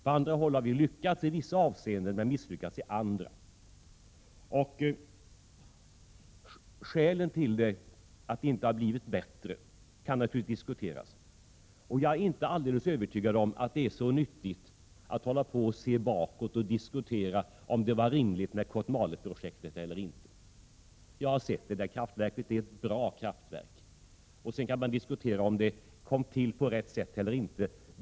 På andra håll har vi lyckats i vissa avseenden, men misslyckats i andra. Skälen till att det inte har blivit bättre kan naturligtvis diskuteras. Jag är inte alldeles övertygad om att det är så nyttigt att se bakåt och diskutera om det var rimligt med Kotmaleprojektet eller inte. Jag har sett kraftverket. Det är ett bra kraftverk. Om det kom till på rätt sätt eller inte kan diskuteras.